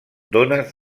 dones